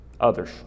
Others